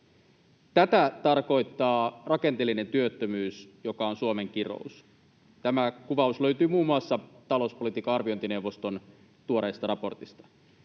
Tätä tarkoittaa rakenteellinen työttömyys, joka on Suomen kirous. Tämä kuvaus löytyy muun muassa talouspolitiikan arviointineuvoston tuoreesta raportista.